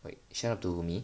wait shut up to me